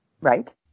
Right